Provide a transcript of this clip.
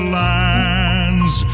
lands